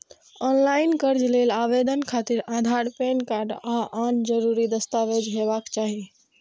ऑनलॉन कर्ज लेल आवेदन खातिर आधार, पैन कार्ड आ आन जरूरी दस्तावेज हेबाक चाही